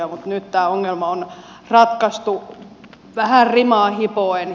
mutta nyt tämä ongelma on ratkaistu vähän rimaa hipoen